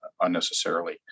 unnecessarily